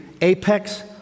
apex